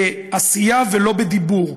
בעשייה ולא בדיבור.